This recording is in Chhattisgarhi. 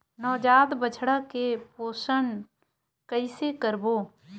नवजात बछड़ा के पोषण कइसे करबो?